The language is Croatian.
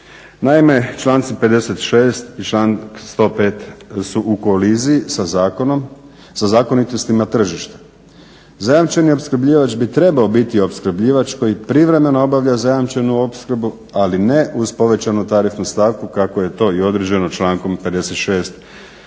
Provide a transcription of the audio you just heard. Naime članci 56. i članak 105. su u koliziji sa zakonitosti na tržištu. Zajamčeni opskrbljivač bi trebao biti opskrbljivač koji privremeno obavlja zajamčenu opskrbu ali ne uz povećanu tarifnu stavku kako je to i određeno člankom 56.